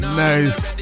nice